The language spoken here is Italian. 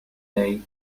lei